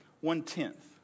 one-tenth